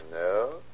No